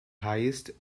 highest